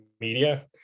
media